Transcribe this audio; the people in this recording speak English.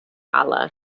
allah